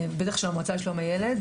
בטח של המועצה לשלום הילד,